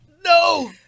No